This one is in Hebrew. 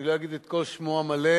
אני לא אגיד את שמו המלא,